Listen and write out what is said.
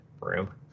room